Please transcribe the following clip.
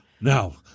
Now